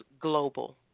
Global